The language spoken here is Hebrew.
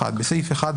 בסעיף 1,